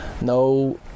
no